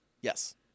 Yes